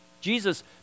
Jesus